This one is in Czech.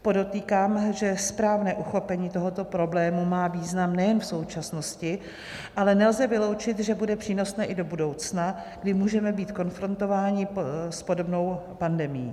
Podotýkám, že správné uchopení tohoto problému má význam nejen v současnosti, ale nelze vyloučit, že bude přínosné i do budoucna, kdy můžeme být konfrontováni s podobnou pandemií.